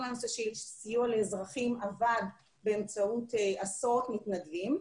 כל הנושא של סיוע לאזרחים עבד באמצעות עשרות מתנדבים,